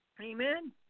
Amen